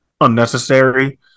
unnecessary